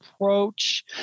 approach